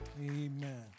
Amen